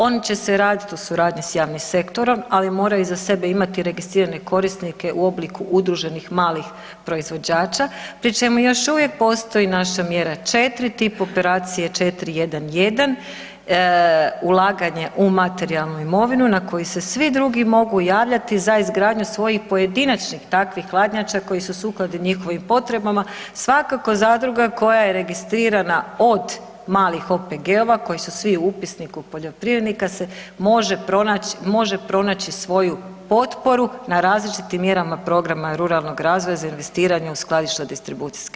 Oni će se raditi u suradnji s javnim sektorom ali moraju iza sebe imati registrirane korisnike u obliku udruženih malih proizvođača pri čemu još uvijek postoji naša mjera 4 tip operacije 411 ulaganje u materijalnu imovinu na koju se svi drugi mogu javljati za izgradnju svojih pojedinačnih takvih hladnjača koji su sukladni njihovim potrebama, svakako zadruga koja je registrirana od malih OPG-ova koji su svi u upisniku poljoprivrednika se može pronaći, može pronaći svoju potporu na različitim mjerama programa ruralnog razvoja za investiranje u skladišno distribucijske centre.